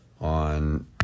on